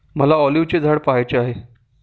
मला ऑलिव्हचे झाड पहायचे आहे